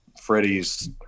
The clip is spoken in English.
Freddie's